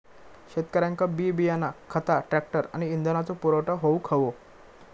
शेतकऱ्यांका बी बियाणा खता ट्रॅक्टर आणि इंधनाचो पुरवठा होऊक हवो